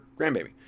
grandbaby